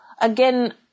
again